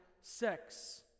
sex